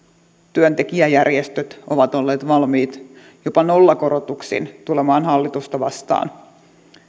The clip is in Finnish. työntekijäjärjestöt ovat olleet valmiit jopa nollakorotuksin tulemaan hallitusta vastaan